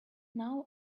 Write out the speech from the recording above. now